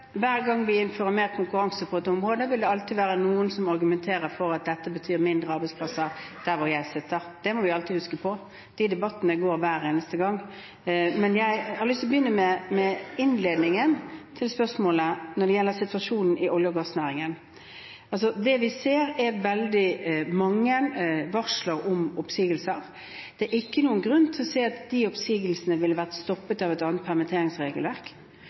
Hver gang vi innfører mer konkurranse på et område, vil det være noen som argumenterer for at dette betyr færre arbeidsplasser der de sitter. Det må vi alltid huske på. De debattene går hver eneste gang. Jeg har lyst til å begynne med innledningen til spørsmålet, når det gjelder situasjonen i olje- og gassnæringen. Det vi ser, er veldig mange varsler om oppsigelser. Det er ikke noen grunn til å si at de oppsigelsene ville vært stoppet av et annet permitteringsregelverk